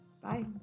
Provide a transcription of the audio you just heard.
bye